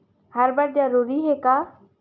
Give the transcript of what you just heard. हर बार जरूरी हे का?